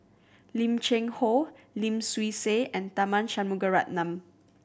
Lim Cheng Hoe Lim Swee Say and Tharman Shanmugaratnam